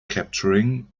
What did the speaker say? capturing